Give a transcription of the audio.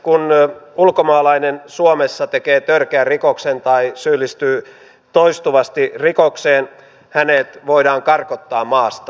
kun ulkomaalainen suomessa tekee törkeän rikoksen tai syyllistyy toistuvasti rikokseen hänet voidaan karkottaa maasta